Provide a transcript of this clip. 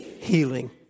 healing